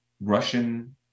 Russian